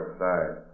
side